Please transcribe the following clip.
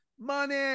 Money